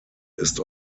ist